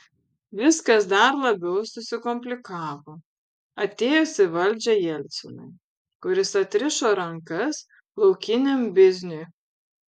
viskas dar labiau susikomplikavo atėjus į valdžią jelcinui kuris atrišo rankas laukiniam bizniui